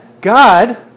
God